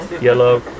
yellow